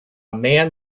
man